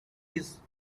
his